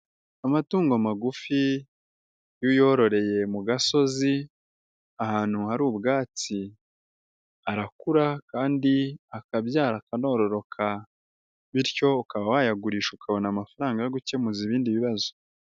Amatungo magufi iyo uyororeye mu gasozi ahantu hari ubwatsi, arakura kandi akabyara akanororoka, bityo ukaba wayagurisha ukabona amafaranga yo gukemura ibindi bibazo.